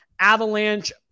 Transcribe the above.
avalanche